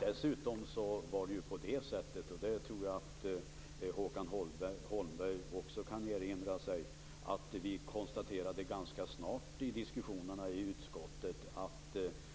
Dessutom konstaterade vi ganska snart i diskussionerna i utskottet, och